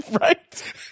Right